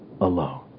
alone